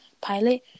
pilot